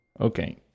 Okay